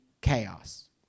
chaos